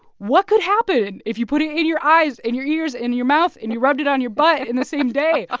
what could happen if you put it in your eyes, in your ears, in your mouth and you rubbed it on your butt in the same day? ah